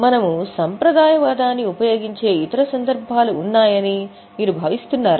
మనము సంప్రదాయవాదాన్ని ఉపయోగించే ఇతర సందర్భాలు ఉన్నాయని మీరు భావిస్తున్నారా